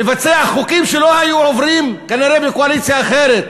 לבצע חוקים שלא היו עוברים כנראה בקואליציה אחרת,